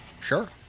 Sure